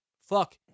fuck